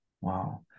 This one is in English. Wow